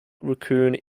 raccoon